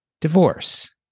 Divorce